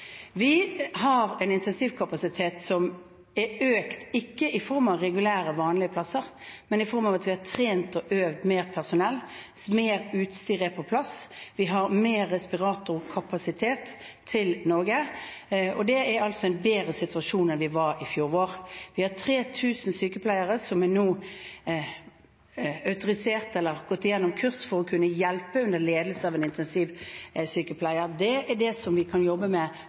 Vi har en intensivkapasitet som er økt – ikke i form av regulære, vanlige plasser, men i form av at vi har trent og øvd mer personell, at mer utstyr er på plass, at vi har mer respiratorkapasitet til Norge. Det er altså en bedre situasjon enn vi var i i fjor vår. Vi har 3 000 sykepleiere som nå er autorisert eller har gått igjennom kurs for å kunne hjelpe til under ledelse av en intensivsykepleier. Det er det vi kan jobbe med